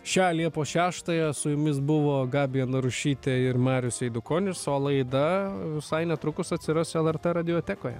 šią liepos šeštąją su jumis buvo gabija narušytė ir marius eidukonis o laida visai netrukus atsiras lrt radiotekoje